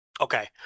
Okay